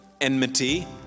enmity